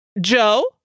Joe